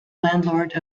landlord